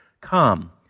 Come